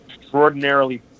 extraordinarily